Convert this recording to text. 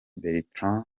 bertrand